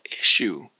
issue